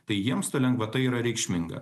tai jiems ta lengvata yra reikšminga